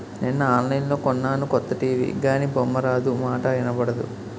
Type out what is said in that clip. నిన్న ఆన్లైన్లో కొన్నాను కొత్త టీ.వి గానీ బొమ్మారాదు, మాటా ఇనబడదు